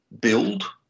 build